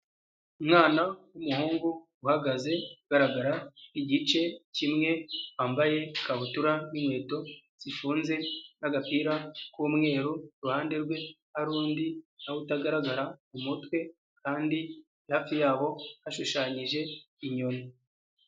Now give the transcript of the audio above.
Umwana w'umuhungu uhagaze ugaragara igice kimwe, wambaye ikabutura n'inkweto zifunze n'agapira k'umweru, iruhande rwe hari undi nawe utagaragara k'umutwe kandi hafi yabo hashushanyije inyoni.